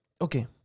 Okay